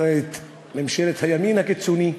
ממשלת הימין הקיצוני,